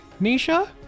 Nisha